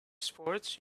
sports